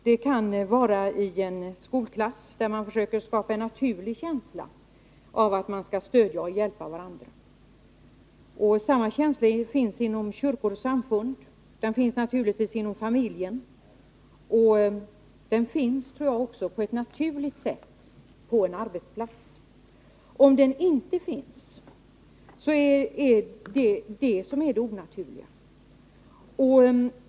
Det kan varai en skolklass, där man försöker skapa en naturlig känsla av att man skall stödja och hjälpa varandra. Samma känsla finns inom kyrkor och samfund och naturligtvis inom familjen. Den finns, tror jag, också på ett naturligt sätt på en arbetsplats. Om den känslan inte finns, är det det som är det onaturliga.